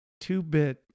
two-bit